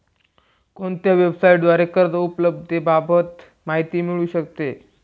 कोणत्या वेबसाईटद्वारे कर्ज उपलब्धतेबाबत माहिती मिळू शकते?